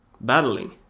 battling